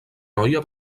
noia